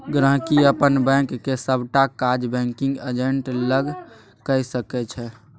गांहिकी अपन बैंकक सबटा काज बैंकिग एजेंट लग कए सकै छै